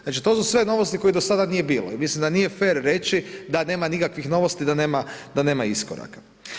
Znači to su sve novosti kojih do sada nije bilo i mislim da nije fer reći da nema nikakvih novosti i da nema iskoraka.